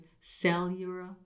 cellular